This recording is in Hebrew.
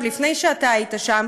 עוד לפני שאתה היית שם,